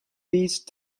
these